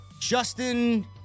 Justin